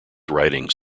writings